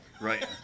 right